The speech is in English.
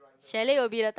chalet will be the time